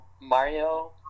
Mario